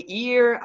year